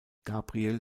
gabriel